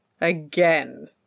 Again